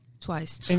Twice